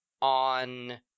on